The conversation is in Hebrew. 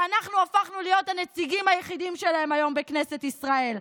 שאנחנו הפכנו להיות הנציגים היחידים שלהם היום בכנסת ישראל.